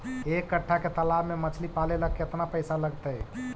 एक कट्ठा के तालाब में मछली पाले ल केतना पैसा लगतै?